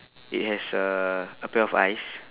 it has a a pair of eyes